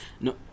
No